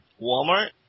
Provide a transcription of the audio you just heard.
Walmart